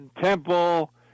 Temple